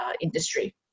industry